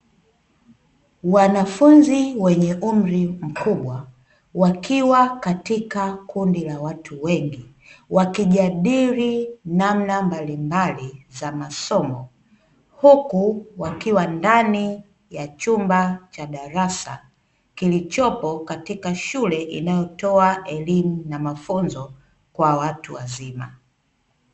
Wanafunzi wenye umri mkubwa wakiwa katika kundi la watu wengi, wakijadili namna mbalimbali za masomo. Huku wakiwa ndani ya chumba cha darasa kilichopo katika shule inayotoa elimu na mafunzo kwa watu wazima.